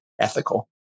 ethical